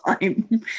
time